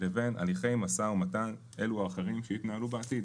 לבין הליכי משא ומתן אילו או אחרים שיתנהלו בעתיד.